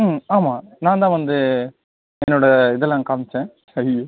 ம் ஆமாம் நான் தான் வந்து என்னோட இதெல்லாம் காமித்தேன்